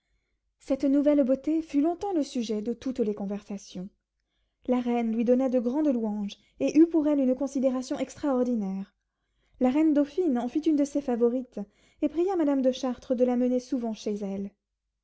cette nouvelle beauté fut longtemps le sujet de toutes les conversations la reine lui donna de grandes louanges et eut pour elle une considération extraordinaire la reine dauphine en fit une de ses favorites et pria madame de chartres de la mener souvent chez elle